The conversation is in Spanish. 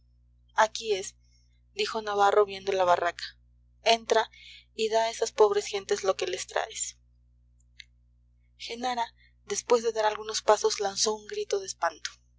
aquí es dijo navarro viendo la barraca entra y da a esas pobres gentes lo que les traes genara después de dar algunos pasos lanzó un grito de espanto